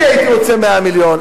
אני הייתי רוצה 100 מיליון,